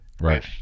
Right